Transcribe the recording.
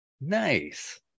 Nice